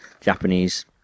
Japanese